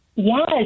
Yes